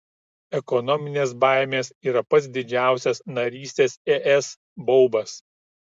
ekonominės baimės yra pats didžiausias narystės es baubas